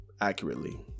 accurately